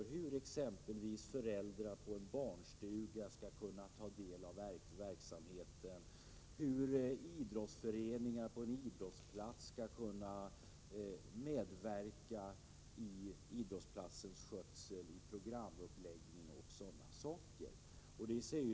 Det kan exempelvis gälla hur föräldrar med barn på en barnstuga skall kunna ta del i verksamheten, hur idrottsföreningar skall kunna medverka i skötseln av en idrottsplats, programuppläggning osv.